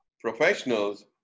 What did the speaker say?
professionals